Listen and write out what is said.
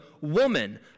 woman